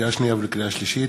לקריאה שנייה ולקריאה שלישית,